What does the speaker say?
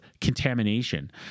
contamination